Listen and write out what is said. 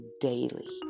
daily